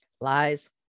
Lies